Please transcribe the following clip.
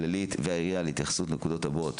הכללית והעירייה להתייחס לנקודות הבאות: